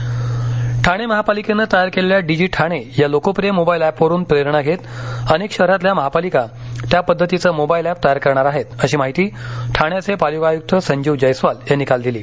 Thane app Thane महापालिकेनं तयार केलेल्या डीजी ठाणे या लोकप्रिय मोबाईल एपवरून प्रेरणा घेत अनेक शहरातल्या महापालिका त्या पद्धतीचं मोबाईल अॅप तयार करणार आहेतअशी माहिती ठाण्याचे पालिका आयुक्त संजीव जैस्वाल यांनी काल दिली